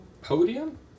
podium